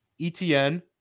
ETN